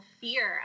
fear